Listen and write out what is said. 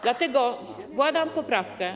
Dlatego składam poprawkę.